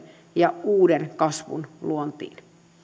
ja uuden kasvun luontiin